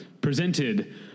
presented